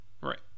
right